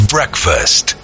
Breakfast